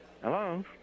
Hello